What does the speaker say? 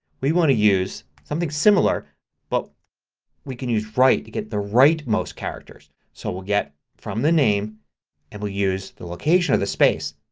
we want to use something similar but we can use right to get the right most characters. so we'll get from the name and we'll use the location of the space.